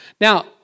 Now